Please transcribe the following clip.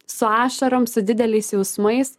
su ašarom su dideliais jausmais